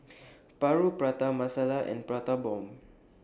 Paru Prata Masala and Prata Bomb